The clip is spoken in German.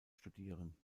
studieren